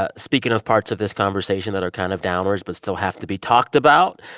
ah speaking of parts of this conversation that are kind of downers but still have to be talked about,